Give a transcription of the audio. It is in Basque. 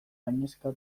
gainezka